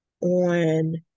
on